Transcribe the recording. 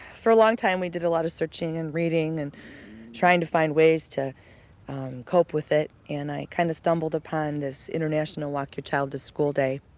for a long time we did a lot of searching and reading, and trying to find ways to cope with it, and i kinda kind of stumbled upon this international walk your child to school day.